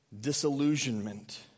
disillusionment